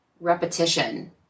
repetition